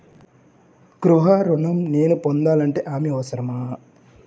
గృహ ఋణం నేను పొందాలంటే హామీ అవసరమా?